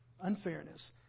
unfairness